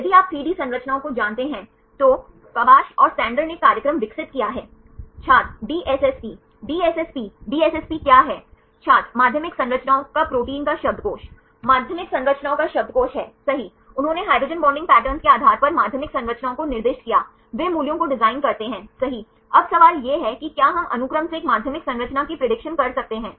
यदि आप इसे प्राप्त करते हैं तो आप अल्फा प्राप्त कर सकते हैं कॉस का व्युत्क्रम है जो आपको अल्फा देगा फिर आप डायहेड्रल कोण प्राप्त कर सकते हैं